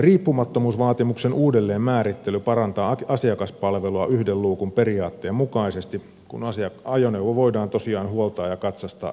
riippumattomuusvaatimuksen uudelleenmäärittely parantaa asiakaspalvelua yhden luukun periaatteen mukaisesti kun ajoneuvo voidaan tosiaan huoltaa ja katsastaa yhdellä käynnillä